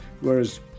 whereas